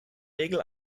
regel